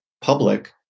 public